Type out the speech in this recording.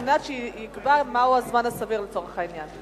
כדי שיקבע מהו הזמן הסביר לצורך העניין.